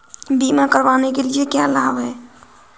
बीमा करवाने के क्या क्या लाभ हैं?